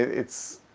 it's.